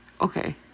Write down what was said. Okay